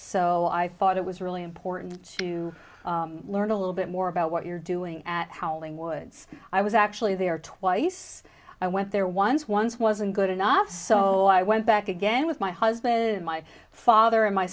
so i thought it was really important to learn a little bit more about what you're doing at howling woods i was actually there twice i went there once once wasn't good enough so i went back again with my husband my father and my